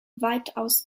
weitaus